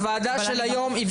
הוועדה של היום,